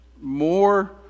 more